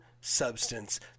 substance